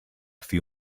few